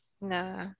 No